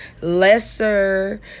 Lesser